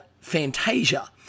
Fantasia